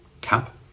cap